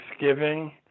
Thanksgiving